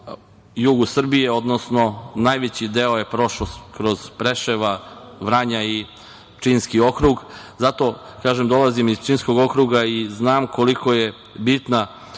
jugu Srbije, odnosno najveći deo je prošao kroz Preševo, Vranje i Pčinjski okrug. Zato, kažem, dolazim iz Pčinjskog okruga i znam koliko je bitna